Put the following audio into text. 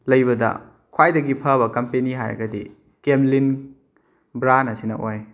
ꯂꯩꯕꯗ ꯈ꯭ꯋꯥꯏꯗꯒꯤ ꯐꯕ ꯀꯝꯄꯦꯅꯤ ꯍꯥꯏꯔꯒꯗꯤ ꯀꯦꯝꯂꯤꯟ ꯕ꯭ꯔꯥꯟ ꯑꯁꯤꯅ ꯑꯣꯏ